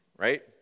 Right